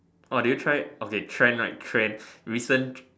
orh did you try okay trend right trend recent